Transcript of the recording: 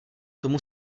tomu